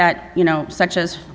that you know such as